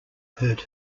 hurt